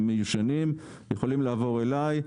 הם יכולים לעבור אלי,